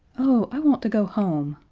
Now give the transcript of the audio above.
oh, i want to go home,